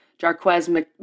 Jarquez